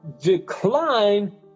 decline